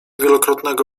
wielokrotnego